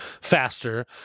faster